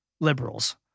Liberals